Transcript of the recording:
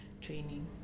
training